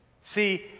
See